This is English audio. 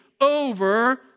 over